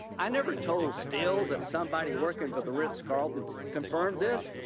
i never told steele that somebody working for the ritz-carlton confirmed this.